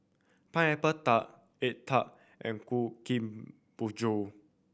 Pineapple Tart egg tart and kueh